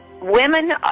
Women